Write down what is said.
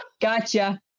Gotcha